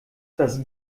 das